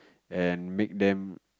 and make them